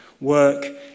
work